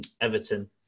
Everton